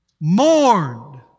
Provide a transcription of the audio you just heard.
mourned